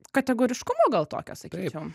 kategoriškumo gal tokio sakyčiau